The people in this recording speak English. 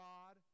God